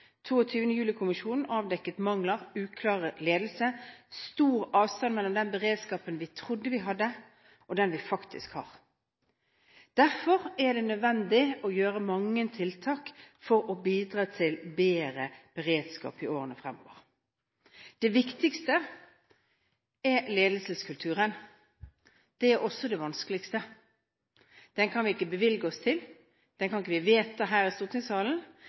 22. juli-kommisjonen avdekket mangler – uklar ledelse og stor avstand mellom den beredskapen vi trodde vi hadde, og den vi faktisk har. Derfor er det nødvendig å gjøre mange tiltak for å bidra til bedre beredskap i årene fremover. Det viktigste er ledelseskulturen. Det er også det vanskeligste. Den kan vi ikke bevilge oss til, og den kan vi ikke vedta her i stortingssalen.